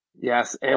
Yes